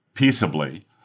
peaceably